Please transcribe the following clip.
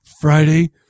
Friday